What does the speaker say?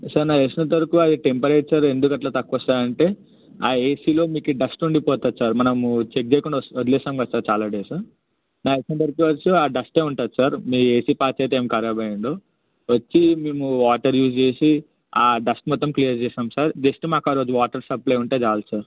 sir నాకు తెలిసినంత వరకు ఆ టెంపరేచర్ ఎందుకు అట్ల తక్కువ వస్తుందంటే ఆ ఏసీలో మీకు డస్ట్ ఉండిపోతుంది సార్ మనము చెక్ చేయకుండా వస్తా వదిలేస్తాం కదా సార్ చాలా డేసు నాకు తెలిసినంత వరకు ఆ డస్ట్ ఉంటుంది సార్ మీ ఏసీ పార్ట్స్ అయితే ఏమి కరాబ్ అయ్యి ఉండదు వచ్చి మేము వాటర్ యూస్ చేసి ఆ డస్ట్ మొత్తం క్లియర్ చేస్తాం సార్ జస్ట్ మాకు ఒక రోజు వాటర్ సప్లయ్ ఉంటే చాలు సార్